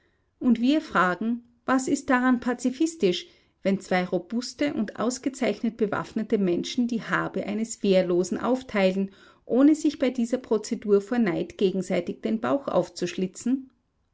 und wir fragen was ist daran pazifistisch wenn zwei robuste und ausgezeichnet bewaffnete menschen die habe eines wehrlosen aufteilen ohne sich bei dieser prozedur vor neid gegenseitig den bauch aufzuschlitzen